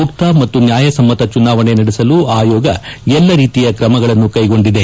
ಮುಕ್ತ ಮತ್ತು ನ್ಯಾಯಸಮ್ನತ ಚುನಾವಣೆ ನಡೆಸಲು ಆಯೋಗ ಎಲ್ಲಾ ರೀತಿಯ ಕ್ರಮಗಳನ್ನು ಕೈಗೊಂಡಿದೆ